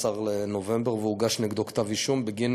ב-18 בנובמבר, והוגש נגדו כתב אישום בגין